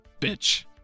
bitch